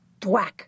Dwack